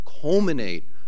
culminate